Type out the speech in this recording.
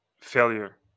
failure